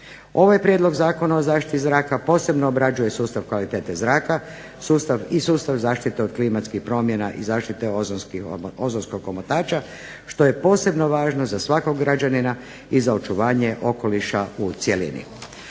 Ovaj prijedlog zakona o zaštiti zraka posebno obrađuje sustav kvalitete zraka i sustav zaštite od klimatskih promjena i zaštite ozonskog omotača što je posebno važno za svakog građanina i za očuvanje okoliša u cjelini.